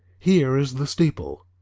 here is the steeple,